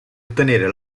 ottenere